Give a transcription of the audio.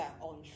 on